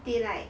they like